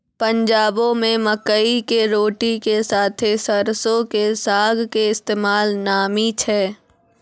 पंजाबो मे मकई के रोटी के साथे सरसो के साग के इस्तेमाल नामी छै